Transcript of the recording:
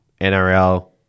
NRL